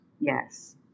Yes